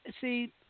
see